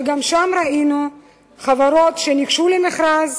שגם שם ראינו חברות שניגשו למכרז,